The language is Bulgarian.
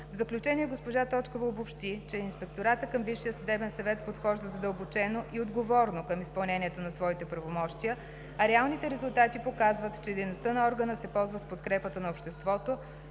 В заключение госпожа Точкова обобщи, че Инспекторатът към Висшия съдебен съвет подхожда задълбочено и отговорно към изпълнението на своите правомощия, а реалните резултати показват, че дейността на органа се ползва с подкрепата на обществото,